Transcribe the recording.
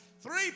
three